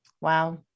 Wow